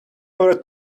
over